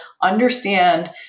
understand